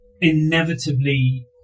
inevitably